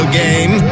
game